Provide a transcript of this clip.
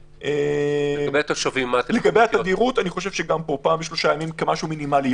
לגבי התדירות, פעם בשלושה ימים כמשהו מינימלי.